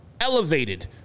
elevated